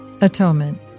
Atonement